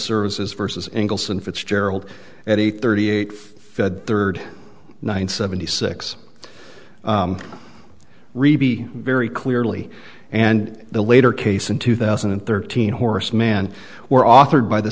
services versus angles and fitzgerald at eight thirty eight fed third one seventy six reby very clearly and the later case in two thousand and thirteen horace mann were authored by the